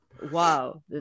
Wow